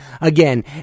Again